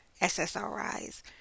SSRIs